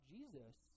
Jesus